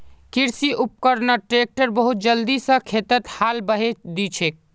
कृषि उपकरणत ट्रैक्टर बहुत जल्दी स खेतत हाल बहें दिछेक